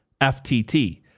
FTT